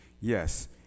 yes